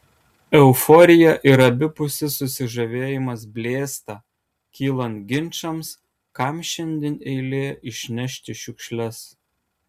euforija ir abipusis susižavėjimas blėsta kylant ginčams kam šiandien eilė išnešti šiukšles